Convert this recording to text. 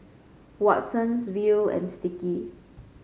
Watsons Viu and Sticky